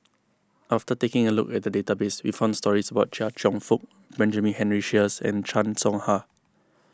after taking a look at the database we found stories about Chia Cheong Fook Benjamin Henry Sheares and Chan Soh Ha